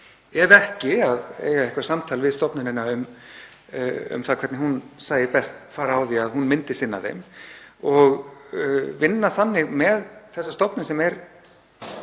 ef ekki að eiga þá eitthvert samtal við stofnunina um það hvernig hún sæi best fara á því að hún myndi sinna þeim og vinna þannig með þessa stofnun innan